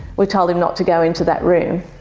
we told him not to go into that room.